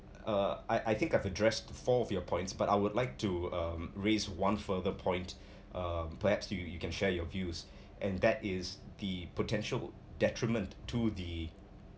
uh I I think I addressed four of your points but I would like to um raise one further point uh perhaps you you you can share your views and that is the potential detriment to the